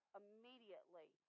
immediately